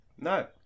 No